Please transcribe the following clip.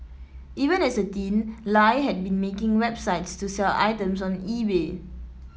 even as a teen Lie had been making websites to sell items on eBay